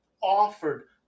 offered